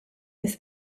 this